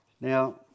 Now